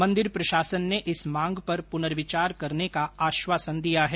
मंदिर प्रशासन ने इस मांग पर पुनर्विचार करने का आश्वासन दिया है